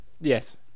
Yes